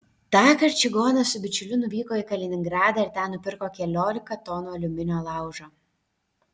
tąkart čigonas su bičiuliu nuvyko į kaliningradą ir ten nupirko keliolika tonų aliuminio laužo